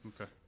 Okay